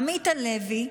עמית הלוי,